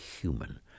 Human